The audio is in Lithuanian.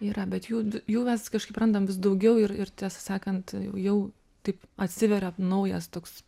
yra bet jų jų mes kažkaip randam vis daugiau ir ir tiesą sakant jau taip atsiveria naujas toks